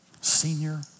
senior